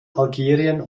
algerien